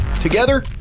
Together